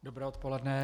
Dobré odpoledne.